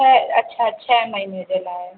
त अच्छा छह महीने जे लाइ